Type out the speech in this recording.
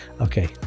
okay